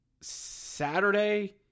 Saturday